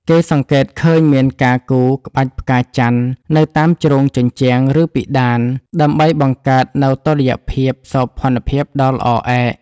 គេសង្កេតឃើញមានការគូរ ក្បាច់ផ្កាចន្ទ នៅតាមជ្រុងជញ្ជាំង ឬពិដាន ដើម្បីបង្កើតនូវតុល្យភាពសោភ័ណភាពដ៏ល្អឯក។